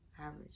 Average